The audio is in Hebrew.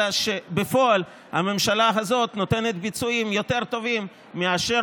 אלא שבפועל הממשלה הזאת נותנת ביצועים יותר טובים מאשר